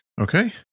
Okay